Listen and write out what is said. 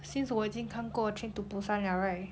since 我已经看过 train to busan liao right